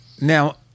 Now